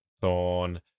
thorn